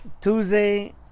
Tuesday